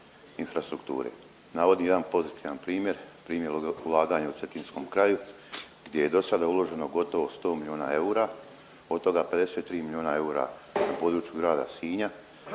Navodi jedan pozitivan primjer, primjer ulaganja u Cetinskom kraju gdje je do sada uloženo gotovo sto milijuna eura od toga 53 milijuna eura na području grada Sinja,